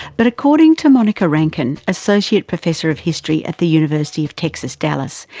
but according to monica rankin, associate professor of history at the university of texas dallas,